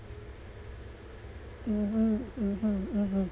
mmhmm mmhmm mmhmm